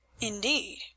indeed